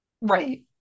Right